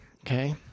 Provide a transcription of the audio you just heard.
Okay